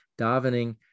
davening